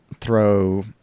throw